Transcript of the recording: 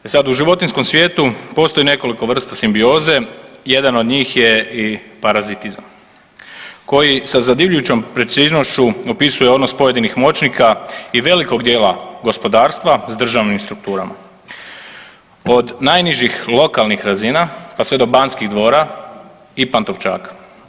E sad u životinjskom svijetu postoji nekoliko vrsta simbiozne jedan od njih je i parazitizam koji sa zadivljujućom preciznošću opisuje odnos pojedinih moćnika i velikog djela gospodarstva s državnim strukturama od najnižih lokalnih razina pa sve do Banskih dvora i Pantovčaka.